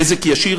נזק ישיר,